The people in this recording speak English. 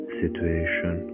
situation